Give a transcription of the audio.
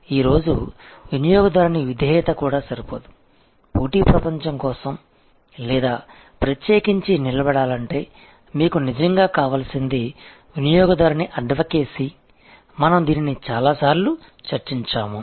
ఈరోజు వినియోగదారుని విధేయత కూడా సరిపోదు పోటీ ప్రయోజనం కోసం లేదా ప్రత్యేకించి నిలబడాలంటే మీకు నిజంగా కావలసింది వినియోగదారుని అడ్వకేసీ మనం దీనిని చాలాసార్లు చర్చించాము